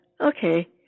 Okay